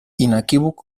inequívoc